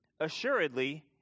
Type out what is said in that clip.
Assuredly